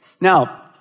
Now